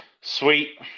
Sweet